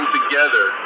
together